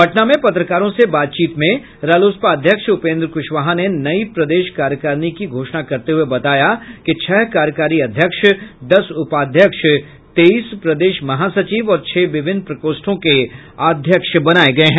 पटना में पत्रकारों से बातचीत करते हुए रालोसपा अध्यक्ष उपेन्द्र कुशवाहा ने नई प्रदेश कार्यकारिणी की घोषणा में बताया कि छह कार्यकारी अध्यक्ष दस उपाध्यक्ष तेईस प्रदेश महासचिव और छह विभिन्न प्रकोष्ठों के अध्यक्ष बनाये गये हैं